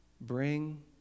bring